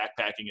backpacking